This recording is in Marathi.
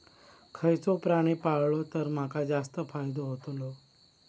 खयचो प्राणी पाळलो तर माका जास्त फायदो होतोलो?